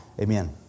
Amen